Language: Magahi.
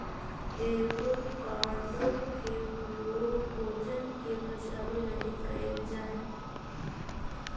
एवोकाडो के उपयोग भोजन के पचाबे लागी कयल जा हई